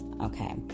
Okay